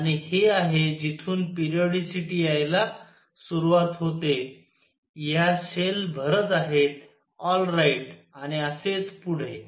आणि हे आहे जिथून पेरोडीसीटी यायला सुरवात होते ह्या शेल भरत आहेत ऑल राईट आणि असेच पुढे